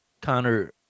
Connor